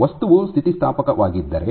ವಸ್ತುವು ಸ್ಥಿತಿಸ್ಥಾಪಕವಾಗಿದ್ದರೆ